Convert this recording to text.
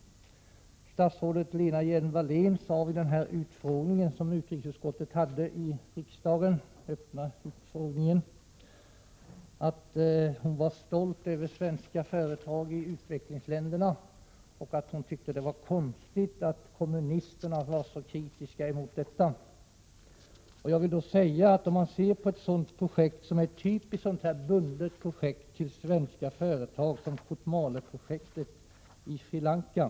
Statsrådet Lena Hjelm-Wallén sade vid den öppna utfrågning som utrikesutskottet anordnade i riksdagen att hon var stolt över svenska företag i utvecklingsländerna och att hon tyckte att det var konstigt att kommunisterna var så kritiska emot dem. Låt mig då peka på ett typiskt projekt med bindning till svenska företag, Kotmaleprojektet i Sri Lanka.